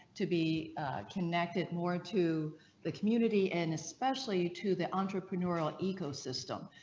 to be connected more to the community and especially to the entrepreneurial ecosystem.